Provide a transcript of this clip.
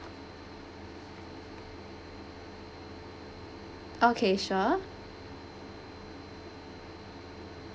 okay sure